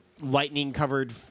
lightning-covered